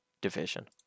division